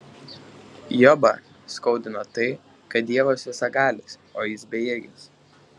jobą skaudina tai kad dievas visagalis o jis bejėgis